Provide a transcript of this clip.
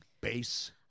base